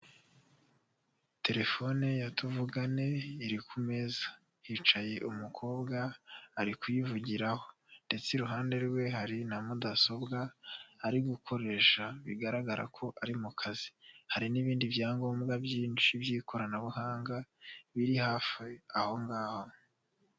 Terefone ya tuvugane iri ku meza, hicaye umukobwa ari kuyivugiraho ndetse iruhande rwe hari na mudasobwa ari gukoresha, bigaragara ko ari mu kazi. Hari n'ibindi byangombwa byinshi by'ikoranabuhanga biri hafi aho ngaho.